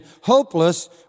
hopeless